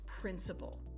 principle